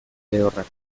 lehorrak